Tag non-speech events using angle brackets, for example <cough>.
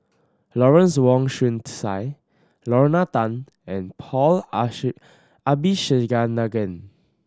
Lawrence Wong Shyun Tsai Lorna Tan and Paul <unintelligible> Abisheganaden